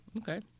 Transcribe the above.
Okay